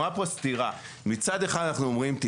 אבל יש פה סתירה, נאמרה פה סתירה.